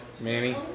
Manny